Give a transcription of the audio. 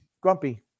Grumpy